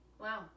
Wow